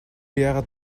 яагаад